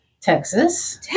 Texas